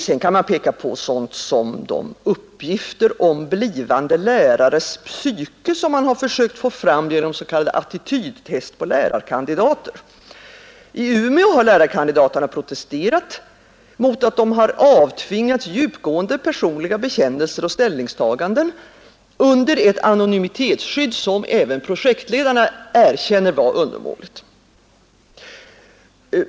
Vidare kan man peka på sådant som uppgifter om blivande lärares psyken, som man försökt få fram genom s.k. attitydtest på lärarkandidater. I Umeå har lärarkandidaterna protesterat mot att de avtvingats djupgående personliga bekännelser och ställningstaganden under ett anonymitetsskydd som även projektledarna erkänner vara undermåligt.